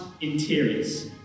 Interiors